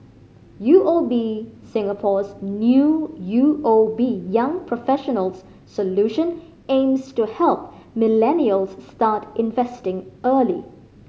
U O B Singapore's new U O B Young Professionals Solution aims to help millennials start investing early